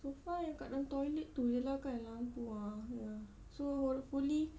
so far yang kat dalam toilet itu ya lah kan lampu uh ya so hopefully